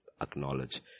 acknowledge